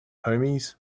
homies